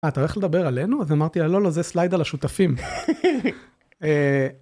אתה הולך לדבר עלינו אז אמרתי לא לא זה סלייד על השותפים.